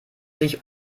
sich